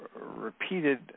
repeated